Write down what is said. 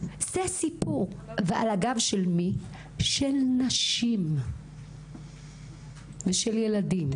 ועל הגב של נשים ושל ילדים.